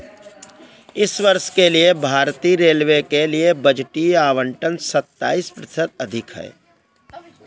इस वर्ष के लिए भारतीय रेलवे के लिए बजटीय आवंटन सत्ताईस प्रतिशत अधिक है